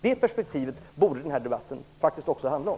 Det perspektivet borde den här debatten faktiskt också handla om.